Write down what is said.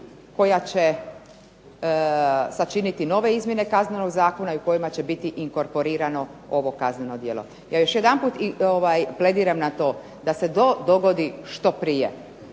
koja će sačiniti nove izmjene Kaznenog zakona i u kojima će biti inkorporirano ovo kazneno djelo. Ja još jedanput plediram na to da se to dogodi što prije.